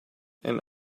and